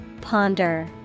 Ponder